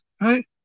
right